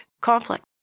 conflict